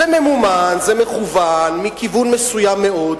זה ממומן, זה מכוון, מכיוון מסוים מאוד,